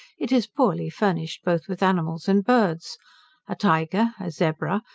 it is poorly furnished both with animals and birds a tyger, a zebra,